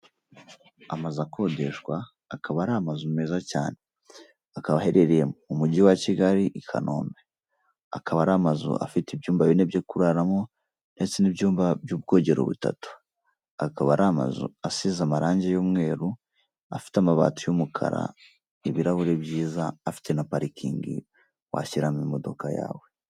Amazu akodeshwa, akaba ari amazu meza cyane. Akaba aherereyemo mujyi wa Kigali i Kanombe. Akaba ari amazu afite ibyumba bine byo kuraramo ndetse n’ibyumba by’ubwogero butatu. Akaba ari amazu asize amarangi y’umweru, afite amabati y’umukara, ibirahuri byiza. Afite na parikingi washyiramo imodoka yawe.